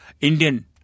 Indian